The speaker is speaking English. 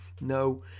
No